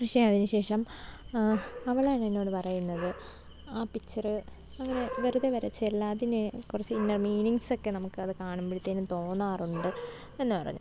പക്ഷെ അതിനു ശേഷം അവളാണെന്നോടു പറയുന്നത് ആ പിക്ച്ചർ അങ്ങനെ വെറുതെ വരച്ചതല്ല അതിന് കുറച്ച് ഇന്നർ മീനിംഗ്സൊക്കെ നമുക്കത് കാണുമ്പോഴത്തേനും തോന്നാറുണ്ട് എന്നു പറഞ്ഞു